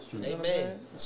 Amen